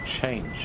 change